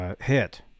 hit